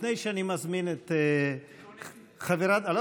לפני שאני מזמין את, תיקונים.